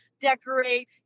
decorate